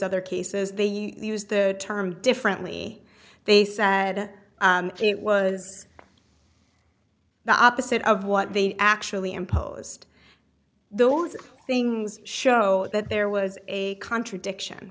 other cases the use the term differently they said it was the opposite of what they actually imposed those things show that there was a contradiction